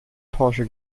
porsche